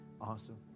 Awesome